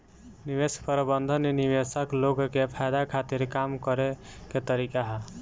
निवेश प्रबंधन निवेशक लोग के फायदा खातिर काम करे के तरीका ह